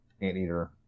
anteater